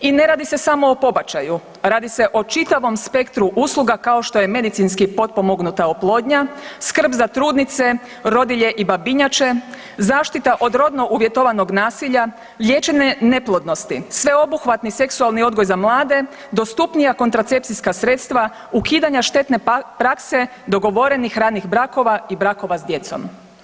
I ne radi se samo o pobačaju, radi se o čitavom spektru usluga kao što je medicinski potpomognuta oplodnja, skrb za trudnice, rodilje i babinjače, zaštita od rodno uvjetovanog nasilja, liječenje neplodnosti, sveobuhvatni seksualni odgoj za mlade, dostupnija kontracepcijska sredstva, ukidanja štetne prakse, dogovorenih ranih brakova i brakova s djecom.